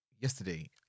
Yesterday